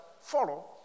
follow